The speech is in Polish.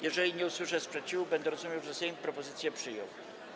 Jeżeli nie usłyszę sprzeciwu, będę rozumiał, że Sejm propozycje przyjął.